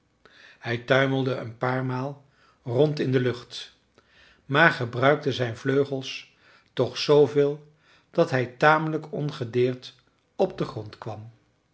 hij tuimelde een paar maal rond in de lucht maar gebruikte zijn vleugels toch zooveel dat hij tamelijk ongedeerd op den grond kwam